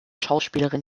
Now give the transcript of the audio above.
schauspielerin